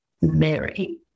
Mary